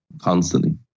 constantly